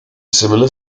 similar